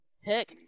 Heck